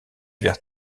vers